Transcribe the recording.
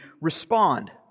respond